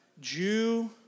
Jew